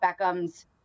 Beckham's